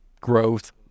growth